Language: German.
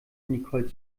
nicole